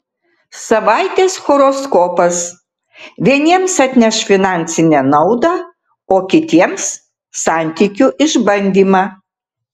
savaitės horoskopas vieniems atneš finansinę naudą o kitiems santykių išbandymą